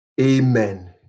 Amen